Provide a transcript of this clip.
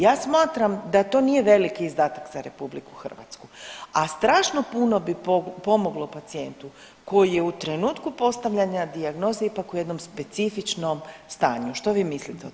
Ja smatram da to nije veliki izdatak za RH, a strašno puno bi pomoglo pacijentu koji je u trenutku postavljanja dijagnoze ipak u jednom specifičnom stanju, što vi mislite o tome?